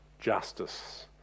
justice